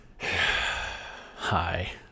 Hi